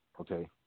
okay